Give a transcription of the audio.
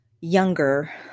younger